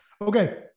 Okay